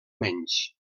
menys